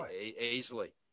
easily